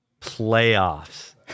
Playoffs